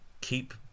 keep